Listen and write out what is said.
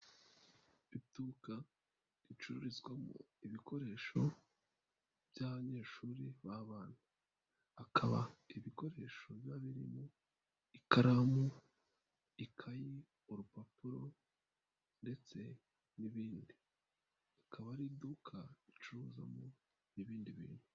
Iduka ricururizwamo ibikoresho by'abanyeshuri b'abana. Akaba ibikoresho biba birimo ikaramu, ikayi, urupapuro, ndetse n'ibindi akaba ari iduka ricuruza n'ibindi bintu.